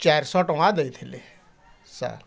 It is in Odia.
ଚାରିଶହ ଟଙ୍କା ଦେଇଥିଲି ସାଲ୍